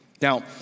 Now